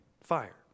fire